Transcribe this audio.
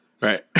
Right